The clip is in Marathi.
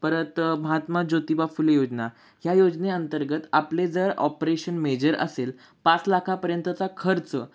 परत महात्मा ज्योतिबा फुले योजना ह्या योजने अंतर्गत आपले जर ऑपरेशन मेजर असेल पाच लाखापर्यंतचा खर्च